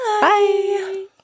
bye